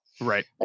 Right